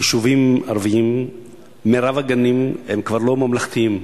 יישובים ערביים רוב הגנים הם כבר לא ממלכתיים.